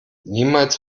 niemals